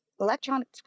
Electronic